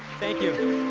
thank you.